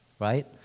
right